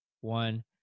one